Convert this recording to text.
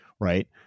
right